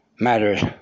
matters